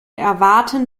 erwarten